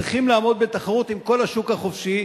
צריכים לעמוד בתחרות עם כל השוק החופשי,